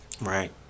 Right